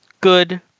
good